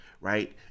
right